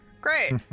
Great